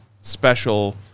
special